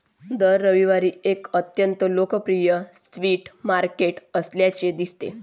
दर रविवारी एक अत्यंत लोकप्रिय स्ट्रीट मार्केट असल्याचे दिसते